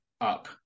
up